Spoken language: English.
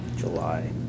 July